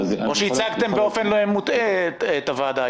או שהצגתם באופן מוטעה לוועדה,